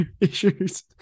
issues